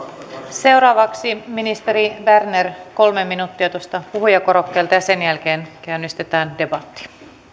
seuraavaksi ministeri berner kolme minuuttia tuosta puhujakorokkeelta ja sen jälkeen käynnistetään debatti